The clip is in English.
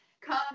come